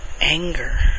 anger